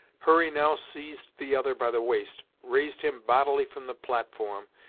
hurry now seized the other by the waist, raised him bodily from the platform,